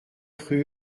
rue